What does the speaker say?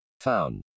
Found